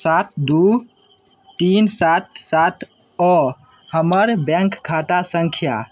सात दुइ तीन सात सात आओर हमर बैँक खाता सँख्या